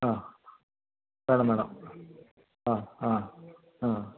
ആ വേണം വേണം ആ ആ ആ